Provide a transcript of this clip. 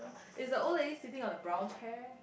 uh is the old lady sitting on the brown chair